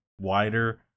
wider